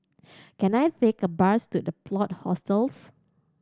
can I take a bus to The Plot Hostels